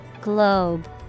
Globe